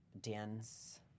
dance